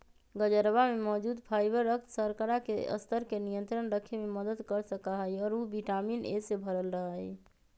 गजरवा में मौजूद फाइबर रक्त शर्करा के स्तर के नियंत्रण रखे में मदद कर सका हई और उ विटामिन ए से भरल रहा हई